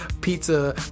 pizza